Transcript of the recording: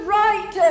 right